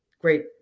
great